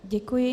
Děkuji.